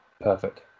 perfect